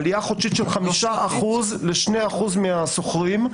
עלייה חודשית של 5% לשני אחוזים מן השוכרים,